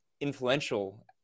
influential